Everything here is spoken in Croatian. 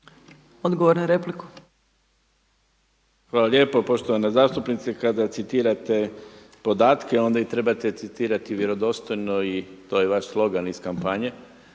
Mirando (SDP)** Hvala lijepo. Poštovani zastupnici kada citirate podatke onda ih trebate citirati vjerodostojno i to je vaš slogan iz kampanje.